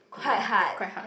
quite hard